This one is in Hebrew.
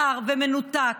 קר ומנותק,